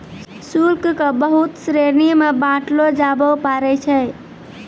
शुल्क क बहुत श्रेणी म बांटलो जाबअ पारै छै